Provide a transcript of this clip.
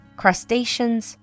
crustaceans